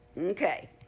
Okay